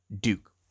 Duke